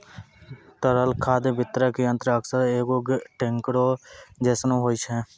तरल खाद वितरक यंत्र अक्सर एगो टेंकरो जैसनो होय छै